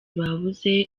babuze